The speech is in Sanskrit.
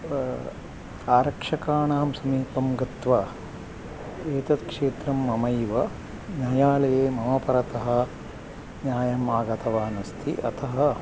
आरक्षकाणां समीपं गत्वा एतत् क्षेत्रं ममैव न्यायालये मम परतः न्यायम् आगतवान् अस्ति अतः